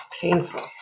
Painful